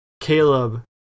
Caleb